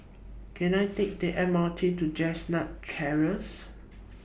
Can I Take The M R T to Chestnut Terrace